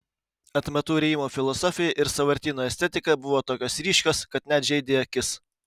atmatų rijimo filosofija ir sąvartyno estetika buvo tokios ryškios kad net žeidė akis